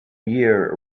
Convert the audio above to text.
year